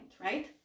right